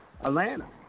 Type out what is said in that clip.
Atlanta